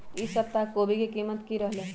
ई सप्ताह कोवी के कीमत की रहलै?